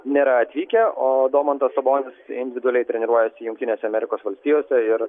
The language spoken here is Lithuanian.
nėra atvykę o domantas sabonis individualiai treniruojasi jungtinėse amerikos valstijose ir